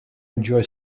enjoy